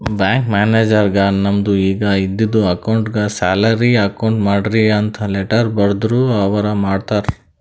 bank ಮ್ಯಾನೇಜರ್ಗ್ ನಮ್ದು ಈಗ ಇದ್ದಿದು ಅಕೌಂಟ್ಗ್ ಸ್ಯಾಲರಿ ಅಕೌಂಟ್ ಮಾಡ್ರಿ ಅಂತ್ ಲೆಟ್ಟರ್ ಬರ್ದುರ್ ಅವ್ರ ಮಾಡ್ತಾರ್